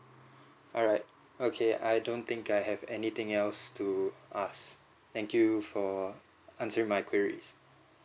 alright okay I don't think I have anything else to ask thank you for answering my queries